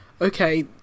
okay